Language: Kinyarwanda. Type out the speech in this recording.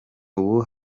ubu